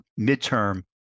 midterm